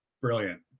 brilliant